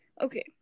okay